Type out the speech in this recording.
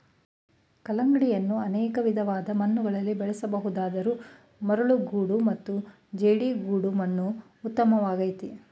ಕಲ್ಲಂಗಡಿಯನ್ನು ಅನೇಕ ವಿಧವಾದ ಮಣ್ಣುಗಳಲ್ಲಿ ಬೆಳೆಸ ಬಹುದಾದರೂ ಮರಳುಗೋಡು ಮತ್ತು ಜೇಡಿಗೋಡು ಮಣ್ಣು ಉತ್ತಮವಾಗಯ್ತೆ